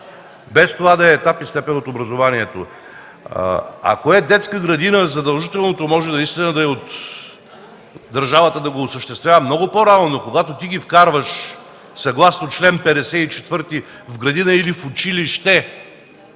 без това да е етап и степен от образованието. Ако е детска градина, то може държавата да го осъществява много по-рано, но когато ти ги вкарваш съгласно чл. 54 в градина или в училище,